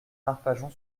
arpajon